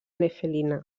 nefelina